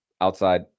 outside